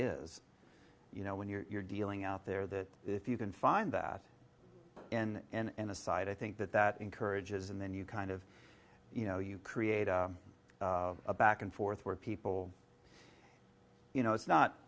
is you know when you're dealing out there that if you can find that in and a side i think that that encourages and then you kind of you know you create a back and forth where people you know it's not